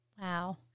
Wow